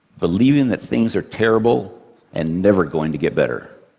believing that things are terrible and never going to get better